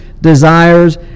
desires